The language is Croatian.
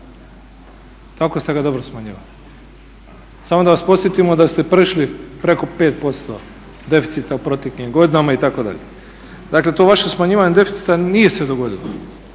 Tako ste ga dobro smanjivali. Samo da vas podsjetimo da ste prešli preko 5% deficita u proteklim godinama itd. Dakle to vaše smanjivanje deficita nije se dogodilo,